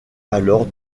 alors